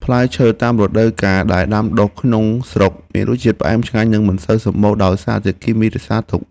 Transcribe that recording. ផ្លែឈើតាមរដូវកាលដែលដាំដុះក្នុងស្រុកមានរសជាតិផ្អែមឆ្ងាញ់និងមិនសូវសម្បូរដោយសារធាតុគីមីរក្សាទុក។